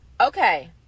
Okay